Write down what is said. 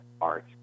art